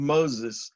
Moses